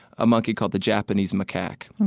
a monkey called the japanese macaque and